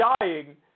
dying